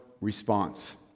response